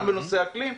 גם בנושא אקלים,